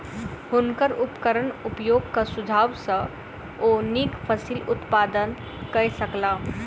हुनकर उपकरण उपयोगक सुझाव सॅ ओ नीक फसिल उत्पादन कय सकला